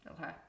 Okay